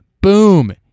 boom